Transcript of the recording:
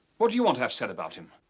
what do you want have said about him?